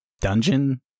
dungeon